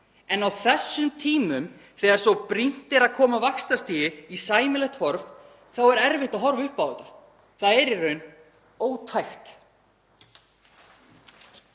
En á þessum tímum, þegar svo brýnt er að koma vaxtastigi í sæmilegt horf þá er erfitt að horfa upp á þetta. Það er í raun ótækt.